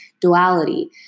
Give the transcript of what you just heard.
duality